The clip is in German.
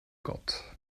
gott